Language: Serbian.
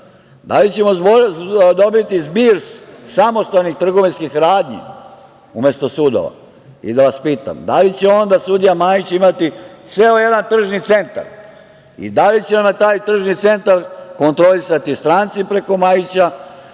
Da li ćemo dobiti zbir samostalnih trgovinskih radnji umesto sudova. Da vas pitam, da li će onda sudija Majić imati ceo jedan tržni centar i da li će taj tržni centar kontrolisati stranci preko Majića,